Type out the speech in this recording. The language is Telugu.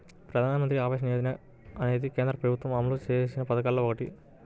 ప్రధానమంత్రి ఆవాస యోజన అనేది కేంద్ర ప్రభుత్వం అమలు చేసిన పథకాల్లో ఒకటి